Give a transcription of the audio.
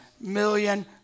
million